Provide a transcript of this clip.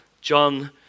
John